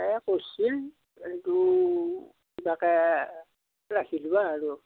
এই কৰিছিল এইটো কিবাকে ৰাখি দিবা আৰু